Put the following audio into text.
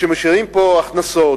שמשאירים פה הכנסות,